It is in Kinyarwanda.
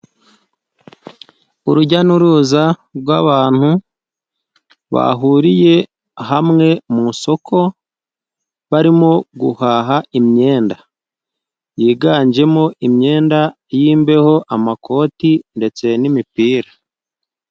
Urujya n'uruza rw'abantu bahuriye hamwe mu isoko barimo guhaha imyenda yiganjemo imyenda y'imbeho, amakoti ndetse n'imipira.